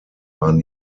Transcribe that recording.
waren